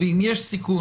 ואם יש סיכון,